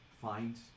find